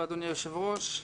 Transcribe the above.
אדוני היושב-ראש,